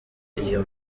iyo